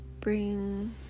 bring